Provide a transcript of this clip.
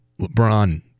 LeBron